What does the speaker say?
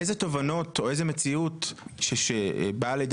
אילו תובנות או איזו מציאות שבאה לידי